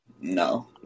No